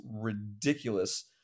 ridiculous